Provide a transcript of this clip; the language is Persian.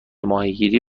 ماهیگیری